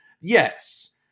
Yes